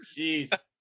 jeez